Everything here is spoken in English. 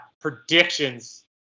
predictions